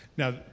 Now